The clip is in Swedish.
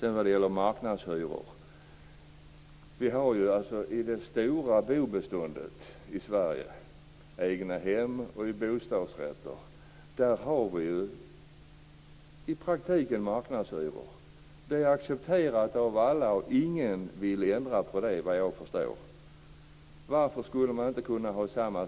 Vad sedan gäller marknadshyror vill jag säga att vi i det stora bostadsbeståndet i Sverige, dvs. egnahem och bostadsrätter, i praktiken har marknadshyror. Det är accepterat av alla, och ingen vill såvitt jag förstår ändra på det. Varför skulle vi inte kunna ha detsamma